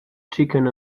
chicken